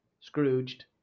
Scrooged